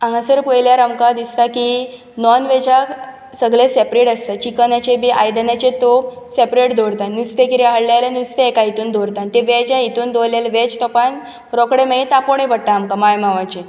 हांगासर पयल्यार आमकां दिसतां की नॉनवेजाक सगळे सेपरेट आसतां चिकनाचे बी आयदानाचे तोप सेपरेट दवरतां आनी निस्तें कितें हाडले जाल्यार निस्तें एका हितून दवरतां आनी ते वेजा इतून दवरलें जाल्यार वेज तोपान रोखडें मागीर तापोवणें पडटा आमकां माय मांवाचें